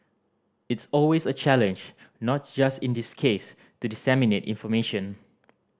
it's always a challenge not just in this case to disseminate information